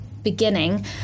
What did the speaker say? beginning